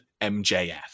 MJF